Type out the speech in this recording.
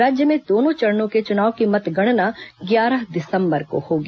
राज्य में दोनों चरणों के चुनाव की मतगणना ग्यारह दिसम्बर को होगी